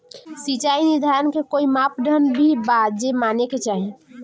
सिचाई निर्धारण के कोई मापदंड भी बा जे माने के चाही?